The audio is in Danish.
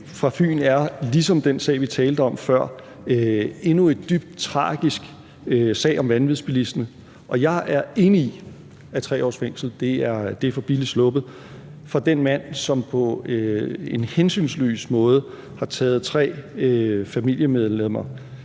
fra Fyn er, ligesom den sag, vi talte om før, endnu en dybt tragisk sag om vanvidsbilisme, og jeg er enig i, at 3 års fængsel er for billigt sluppet for den mand, som på en hensynsløs måde har taget tre familiemedlemmer